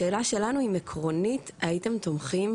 השאלה שלנו היא האם עקרונית הייתם תומכים